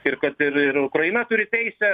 ir kad ir ir ukraina turi teisę